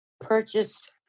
purchased